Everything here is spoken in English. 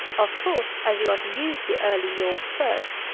of course, as you are to use the early yorks first,